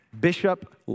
Bishop